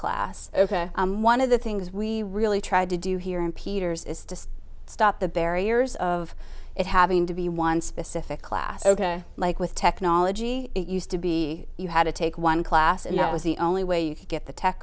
class one of the things we really tried to do here in peter's is to stop the barriers of it having to be one specific class ok like with technology it used to be you had to take one class and that was the only way you could get the t